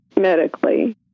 medically